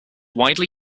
widely